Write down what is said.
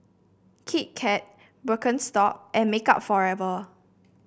Kit Kat Birkenstock and Makeup Forever